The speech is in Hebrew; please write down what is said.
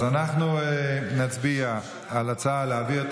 אז אנחנו נצביע על ההצעה להעביר את